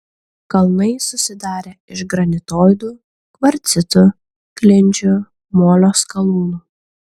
kalnai susidarę iš granitoidų kvarcitų klinčių molio skalūnų